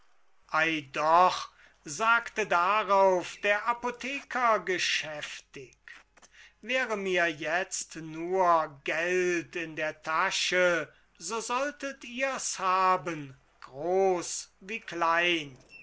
doch sagte darauf der apotheker geschäftig wäre mir jetzt nur geld in der tasche so solltet ihr's haben groß wie klein